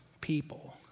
people